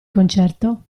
concerto